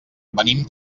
venim